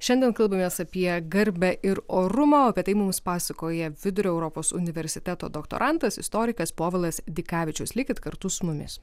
šiandien kalbamės apie garbę ir orumą apie tai mums pasakoja vidurio europos universiteto doktorantas istorikas povilas dikavičius likit kartu su mumis